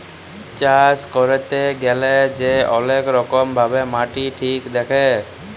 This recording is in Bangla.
চাষ ক্যইরতে গ্যালে যে অলেক রকম ভাবে মাটি ঠিক দ্যাখে